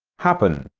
happen,